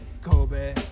Kobe